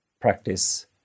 practice